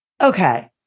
Okay